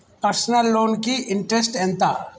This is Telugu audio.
పర్సనల్ లోన్ కి ఇంట్రెస్ట్ ఎంత?